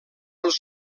els